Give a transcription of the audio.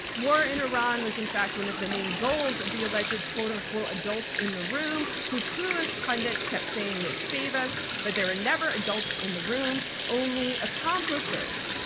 war in iran was in fact one of the main goals of the alleged, quote-unquote, adults in the room who clueless pundits kept saying would save us, but there are never adults in the room, only accomplices,